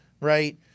right